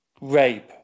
rape